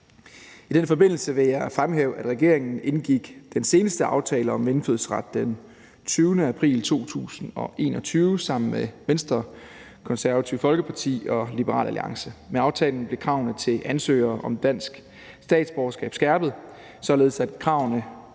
I den forbindelse vil jeg fremhæve, at regeringen indgik den seneste aftale om indfødsret den 20. april 2021 sammen med Venstre, Det Konservative Folkeparti og Liberal Alliance. Med aftalen blev kravene til ansøgere om dansk statsborgerskab skærpede, således at kravene